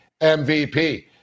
MVP